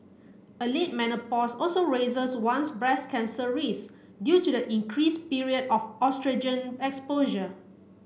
a late menopause also raises one's breast cancer risk due to the increased period of oestrogen exposure